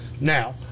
Now